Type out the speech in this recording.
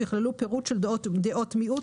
ויכללו פירוט של דעות מיעוט,